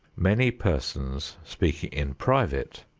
many persons speaking in private,